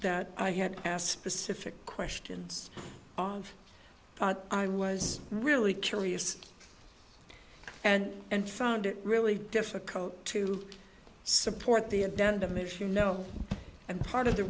that i had asked specific questions but i was really curious and and found it really difficult to support the intent of the if you know and part of the